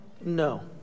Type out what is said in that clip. No